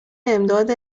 امداد